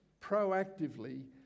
proactively